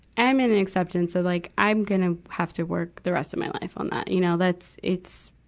i'm and an exception, so like i'm gonna have to work the rest of my life on that, you know. that's it's,